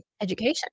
education